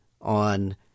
on